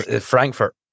Frankfurt